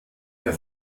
der